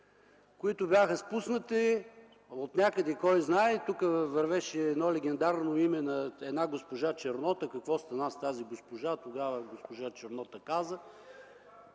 които бяха спуснати отнякъде, кой знае. Тук вървеше едно легендарно име на една госпожа Чернота. Какво стана с тази госпожа?! Тогава госпожа Чернота каза